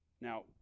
Now